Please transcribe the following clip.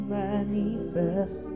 manifest